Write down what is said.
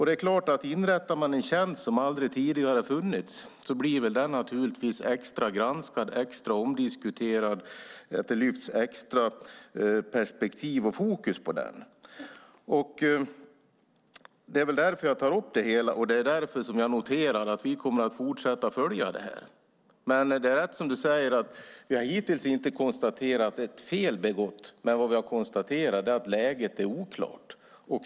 Det är klart att det om man inrättar en tjänst som aldrig tidigare funnits naturligtvis blir så att den blir extra granskad och extra omdiskuterad så att det lyfts upp extra perspektiv och fokus på den. Det är därför jag tar upp detta, och det är därför jag noterar att vi kommer att fortsätta följa detta. Det är dock rätt som du säger: Vi har hittills inte konstaterat att ett fel begåtts. Men vad vi har konstaterat är att läget är oklart.